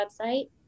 website